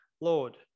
lord